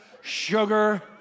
sugar